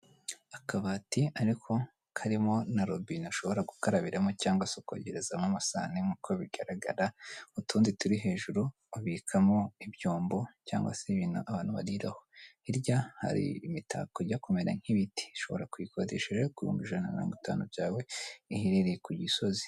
Akabati ariko karimo na robine, ashobora gukarabiramo cyangwa se ukogerezamo amasahani nkuko bigaragara, utundi turi hejuru ubikamo ibyombo cyangwa se ibintu abantu bariraho, hirya hari imitako ijya kumera nk'ibiti, ushobora kuyikodesha ku bihumbi ijana na mirongo itanu byawe, iherereye ku Gisozi.